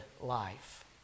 life